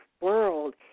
world